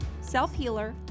self-healer